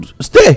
stay